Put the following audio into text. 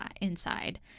inside